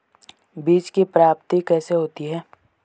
बीज की प्राप्ति कैसे होती है?